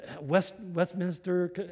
Westminster